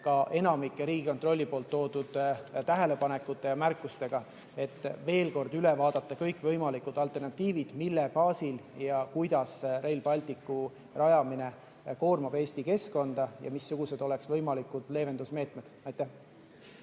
ka enamiku Riigikontrolli toodud tähelepanekute ja märkustega. Tuleb veel kord üle vaadata kõikvõimalikud alternatiivid, see, mille baasil ja kuidas Rail Balticu rajamine koormab Eesti keskkonda ja missugused oleksid võimalikud leevendusmeetmed. Aitäh!